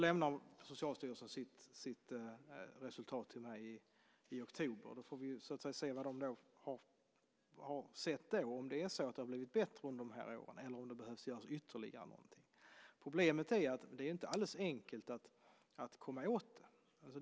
När Socialstyrelsen lämnar sitt resultat i oktober får vi se vad de har sett, om det är så att det har blivit bättre under de här åren eller om det behövs ytterligare någonting. Problemet är att det inte är alldeles enkelt att komma åt det.